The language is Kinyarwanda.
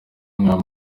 mwaba